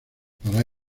para